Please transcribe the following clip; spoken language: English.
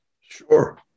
Sure